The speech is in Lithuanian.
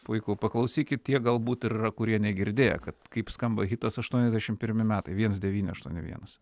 puiku paklausykit tie galbūt yra kurie negirdėję kad kaip skamba hitas aštuoniasdešimt pirmi metai viens devyni aštuoni vienas